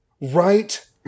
Right